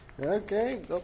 okay